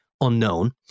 unknown